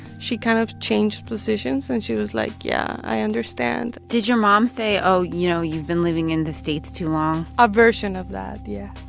she kind of changed positions. and she was like, yeah, i understand did your mom say oh, you know, you've been living in the states too long? a version of that, yeah.